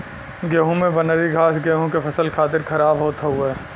गेंहू में बनरी घास गेंहू के फसल खातिर खराब होत हउवे